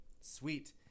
sweet